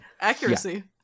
Accuracy